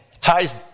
ties